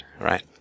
right